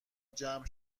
جمع